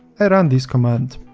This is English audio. i run this command.